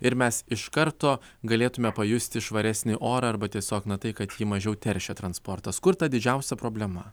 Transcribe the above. ir mes iš karto galėtume pajusti švaresnį orą arba tiesiog na tai kad jį mažiau teršia transportas kur ta didžiausia problema